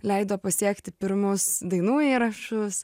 leido pasiekti pirmus dainų įrašus